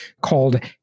called